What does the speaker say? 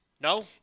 No